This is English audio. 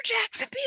Jackson